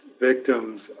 victims